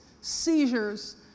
seizures